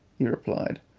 he replied.